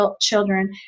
children